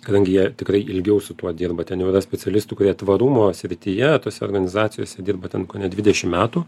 kadangi jie tikrai ilgiau su tuo dirba ten jau yra specialistų kurie tvarumo srityje tose organizacijose dirba ten kone dvidešim metų